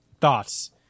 thoughts